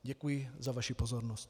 Děkuji za vaši pozornost.